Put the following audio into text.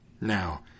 Now